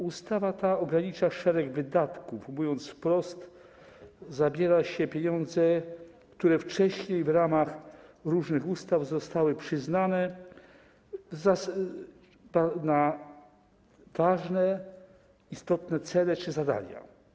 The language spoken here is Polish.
Ustawa to ogranicza szereg wydatków, mówiąc wprost: zabiera się pieniądze, które wcześniej w ramach różnych ustaw zostały przyznane na istotne cele czy zadania.